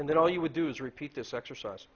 and then all you would do is repeat this exercise